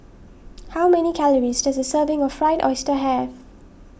how many calories does a serving of Fried Oyster have